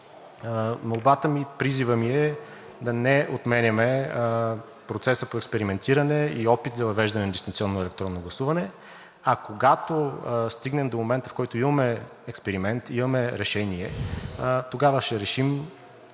Молбата ми, призивът ми е да не отменяме процеса по експериментиране и опит за въвеждане на дистанционно електронно гласуване, а когато стигнем до момента, в който имаме експеримент, имаме решение, тогава ще решим